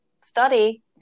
study